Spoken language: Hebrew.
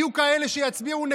יהיו כאלה שיצביעו נגדו,